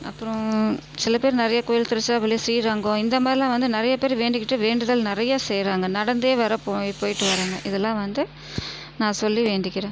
அப்புறம் சில பேர் நிறைய கோவில் திருச்சிராப்பள்ளி ஸ்ரீரங்கம் இந்த மாதிரிலான் வந்து நிறைய பேர் வேண்டிக்கிட்டு வேண்டுதல் நிறைய செய்கிறாங்க நடந்தே வேறு போய்விட்டு வராங்க இது எல்லாம் வந்து நான் சொல்லி வேண்டிக்கிறேன்